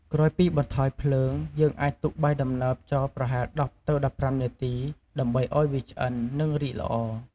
ក្រោយពីបន្ថយភ្លើង យើងអាចទុកបាយដំណើបចោលប្រហែល ១០ ទៅ១៥នាទី ដើម្បីឱ្យវាឆ្អិន និង រីកល្អ។